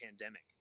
pandemic